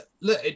look